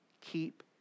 keep